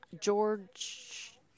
George